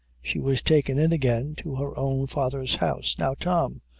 she was taken in again to her own father's house. now, tom,